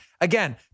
Again